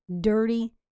dirty